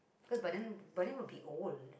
cause by then by then we'll be old